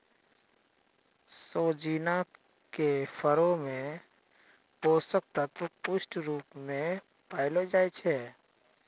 सोजिना के फरो मे पोषक तत्व पुष्ट रुपो मे पायलो जाय छै